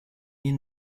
est